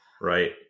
Right